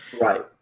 right